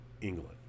England